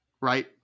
Right